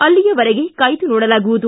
ಅಲ್ಲಿಯವರೆಗೆ ಕಾಯ್ದ ನೋಡಲಾಗುವುದು